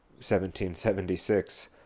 1776